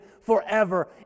forever